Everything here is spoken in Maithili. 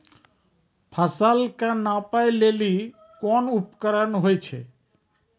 फसल कऽ नापै लेली कोन उपकरण होय छै?